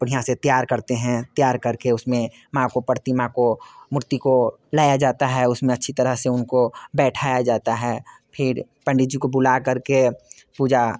बढ़िया से तैयार करते हैं तैयार करके उसमें माँ को प्रतिमा को मूर्ति को लाया जाता है उसमें अच्छी तरह से उनको बैठाया जाता है फिर पंडित जी को बुला कर के पूजा